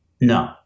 No